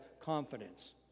confidence